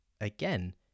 again